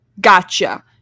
gotcha